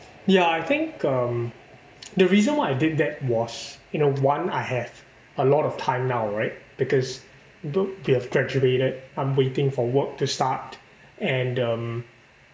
ya I think um the reason why I did that was you know one I have a lot of time now right because though we have graduated I'm waiting for work to start and um